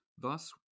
Thus